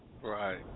Right